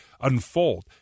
unfold